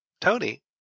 Tony